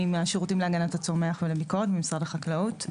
אני מהשירותים להגנת הצומח ולביקורת במשרד החקלאות.